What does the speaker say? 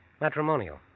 Matrimonial